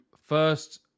first